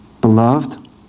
Beloved